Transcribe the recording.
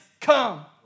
come